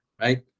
right